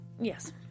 Yes